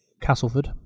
Castleford